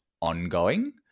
ongoing